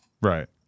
Right